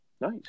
Nice